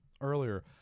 earlier